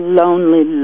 lonely